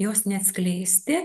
jos neatskleisti